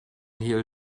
hehl